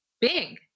big